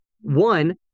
One